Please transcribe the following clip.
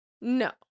No